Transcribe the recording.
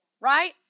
right